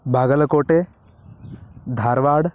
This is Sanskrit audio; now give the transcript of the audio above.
बागलकोटे धार्वाड्